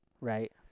right